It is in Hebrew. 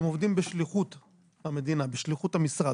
אתם עובדים בשליחות המדינה, בשליחות המשרד.